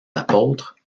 apôtres